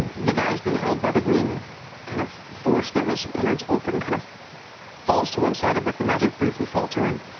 the guy who's being held by the green kind of force there, his innards open, kind of falls to one side a bit, the magic briefly faltering,